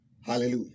Hallelujah